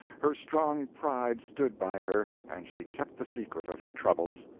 her strong pride stood by her, and she kept the secret of her troubles.